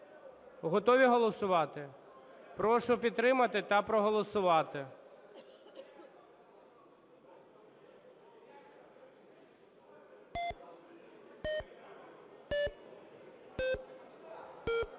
Готові голосувати? Прошу підтримати та проголосувати.